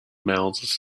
mouths